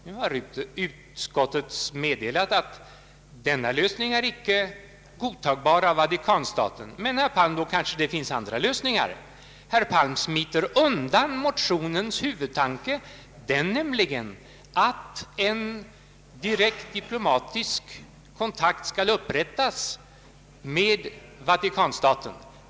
Nu har utskottet meddelat att denna lösning icke är godtagbar för Vatikanstaten. Men, herr Palm, då kanske det finns andra lösningar. Herr Palm smiter undan motionens huvudtanke, nämligen att en direkt diplomatisk kontakt skall upprättas med Vatikanstaten.